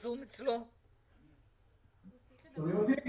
שהשר תלוי תלות רבה בתוכניות שלו ברשות מקרקעי ישראל.